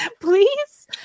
please